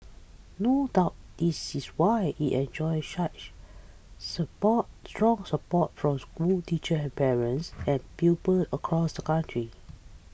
no doubt this is why it enjoys such support strong support from schools teachers and parents and pupils across the country